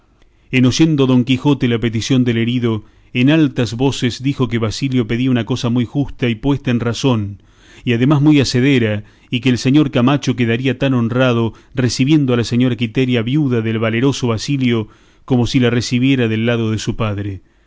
en oyendo don quijote la petición del herido en altas voces dijo que basilio pedía una cosa muy justa y puesta en razón y además muy hacedera y que el señor camacho quedaría tan honrado recibiendo a la señora quiteria viuda del valeroso basilio como si la recibiera del lado de su padre